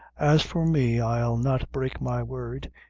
as for me, i'll not brake my word,